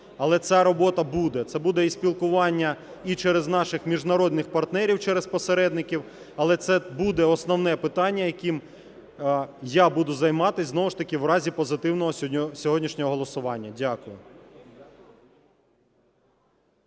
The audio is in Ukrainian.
але ця робота буде. Це буде і спілкування і через наших міжнародних партнерів, через посередників, але це буде основне питання, яким я буду займатися знову ж таки в разі позитивного сьогоднішнього голосування. Дякую.